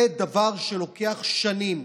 זה דבר שלוקח שנים.